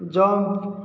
jump